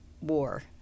war